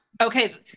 Okay